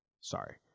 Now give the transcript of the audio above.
Sorry